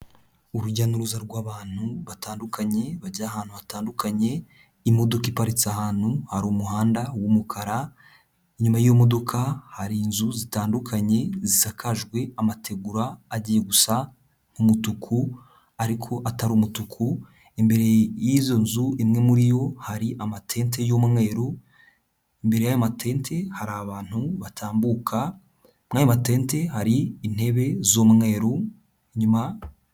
Urujya n'uruza rw'abantu batandukanye bajya ahantu hatandukanye, imodoka iparitse ahantu hari umuhanda w'umukara, inyuma y'imodoka hari inzu zitandukanye zisakajwe amategura agiye gusa nk'umutuku ariko atari umutuku, imbere y'izo nzu imwe muri yo hari amatente y'umweru, imbere y'amatente hari abantu batambuka, mo ayo matente hari intebe z'umweru inyuma.